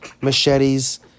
machetes